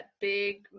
big